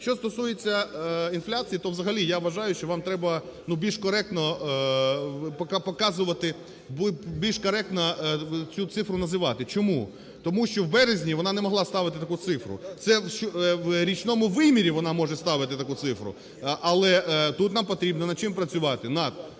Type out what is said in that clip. Що стосується інфляції, то взагалі я вважаю, що вам треба більш коректно показувати… більш коректно цю цифру називати. Чому? Тому що у березні вона не могла ставити таку цифру, це в річному вимірі вона може ставити таку цифру. Але тут нам потрібно над чим працювати?